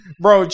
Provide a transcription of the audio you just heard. bro